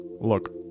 Look